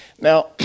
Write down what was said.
Now